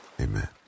amen